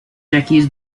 jacques